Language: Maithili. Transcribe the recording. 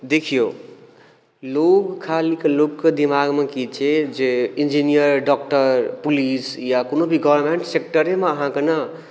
देखियौ लोक खालीके लोकके दिमागमे की छै जे इंजीनियर डॉक्टर पुलिस या कोनो भी गवर्नमेंट सेक्टरेमे अहाँके ने